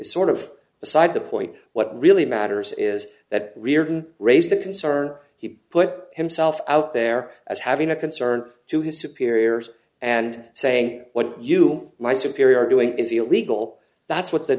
sort of beside the point what really matters is that riordan raised the concern he put himself out there as having a concern to his superiors and saying what you my superior doing is illegal that's what the